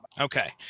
Okay